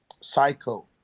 Psycho